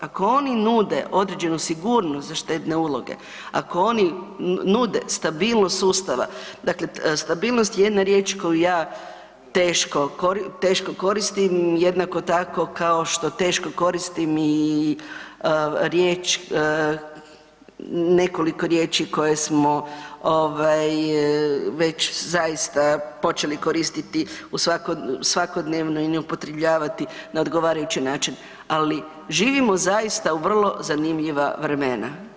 Ako oni nude određenu sigurnost za štedne uloge, ako oni nude stabilnost sustava, dakle stabilnost je jedna riječ koju ja teško koristim jednako tako kao što teško koristim i riječ nekoliko riječi koje smo ovaj već zaista počeli koristiti u svakodnevnoj i ne upotrebljavati na odgovarajući način, ali živimo zaista u vrlo zanimljiva vremena.